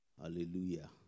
Hallelujah